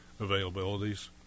availabilities